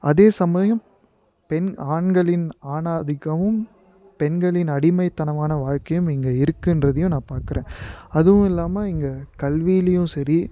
அதே சமயம் பெண் ஆண்களின் ஆணாதிக்கமும் பெண்களின் அடிமைத்தனமான வாழ்க்கையும் இங்கே இருக்கின்றதையும் நான் பார்க்குறேன் அதுவும் இல்லாமல் இங்கே கல்வியிலையும் சரி